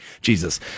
Jesus